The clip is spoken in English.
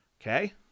Okay